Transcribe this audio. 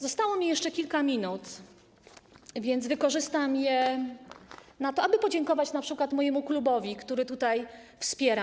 Zostało mi jeszcze kilka minut, więc wykorzystam je na to, aby podziękować np. mojemu klubowi, który mnie tutaj wspiera.